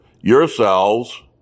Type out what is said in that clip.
yourselves